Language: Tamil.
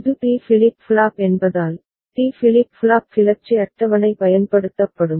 இது டி ஃபிளிப் ஃப்ளாப் என்பதால் டி ஃபிளிப் ஃப்ளாப் கிளர்ச்சி அட்டவணை பயன்படுத்தப்படும்